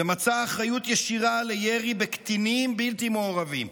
ומצא אחריות ישירה לירי בקטינים בלתי מעורבים.